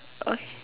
oak